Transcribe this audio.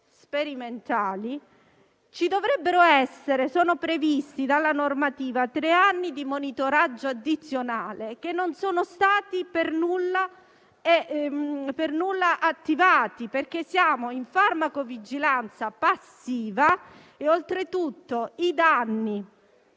sperimentali, sono previsti dalla normativa tre anni di monitoraggio addizionale che non sono stati per nulla attivati, perché siamo in farmacovigilanza passiva, e oltretutto i danni